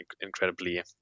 incredibly